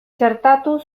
txertatu